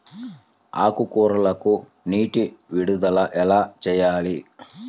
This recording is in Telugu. ఆకుకూరలకు నీటి విడుదల ఎలా చేయాలి?